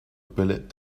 bullet